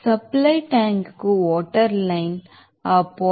supply ట్యాంకుకు water line ఆ 0